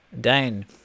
Dane